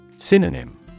Synonym